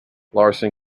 larsen